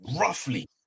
Roughly